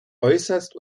äußerst